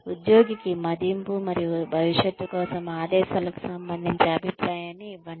ఉద్యోగికి మదింపు మరియు భవిష్యత్తు కోసం ఆదేశాలకు సంబంధించి అభిప్రాయాన్ని ఇవ్వండి